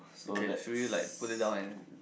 okay should we like put it down and